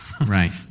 Right